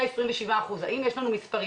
האם יש מספרים